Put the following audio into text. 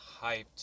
hyped